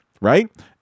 right